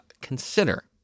consider